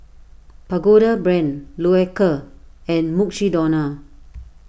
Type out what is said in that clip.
Pagoda Brand Loacker and Mukshidonna